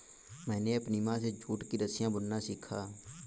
मैंने अपनी माँ से जूट की रस्सियाँ बुनना सीखा